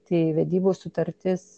tai vedybų sutartis